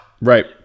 Right